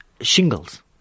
shingles